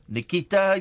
Nikita